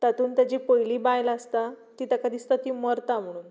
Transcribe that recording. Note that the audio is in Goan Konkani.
तातून ताजी पयली बायल आसता ती ताका दिसता ती मरता म्हणून